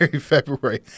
February